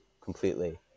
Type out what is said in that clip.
completely